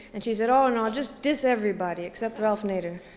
and she said, oh no! just dis everybody, except ralph nader.